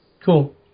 Cool